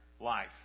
life